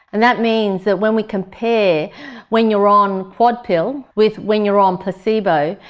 and that means that when we compare when you are on quad-pill with when you are on placebo,